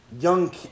young